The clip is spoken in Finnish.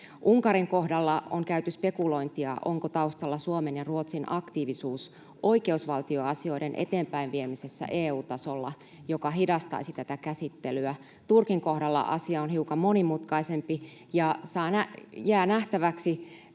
Unkarin kohdalla on käyty spekulointia, onko taustalla Suomen ja Ruotsin aktiivisuus oikeusvaltioasioiden eteenpäinviemisessä EU-tasolla, joka hidastaisi tätä käsittelyä. Turkin kohdalla asia on hiukan monimutkaisempi, ja jää nähtäväksi,